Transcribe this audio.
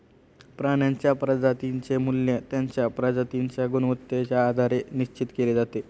प्राण्यांच्या प्रजातींचे मूल्य त्यांच्या प्रजातींच्या गुणवत्तेच्या आधारे निश्चित केले जाते